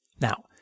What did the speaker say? Now